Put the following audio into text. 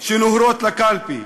שנוהרות לקלפי"?